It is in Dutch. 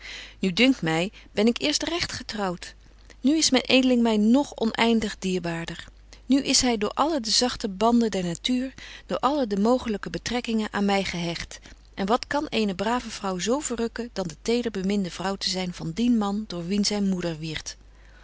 nu dunkt my ben ik eerst regt getrouwt nu is myn edeling my nog oneindig dierbaarder nu is hy door alle de zagte banden der natuur door alle de mogelyke betrekkingen aan my gehecht en wat kan eene brave vrouw zo verrukken dan de tederbeminde vrouw te zyn van dien man door wien zy moeder wierdt